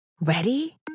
Ready